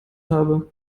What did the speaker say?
habe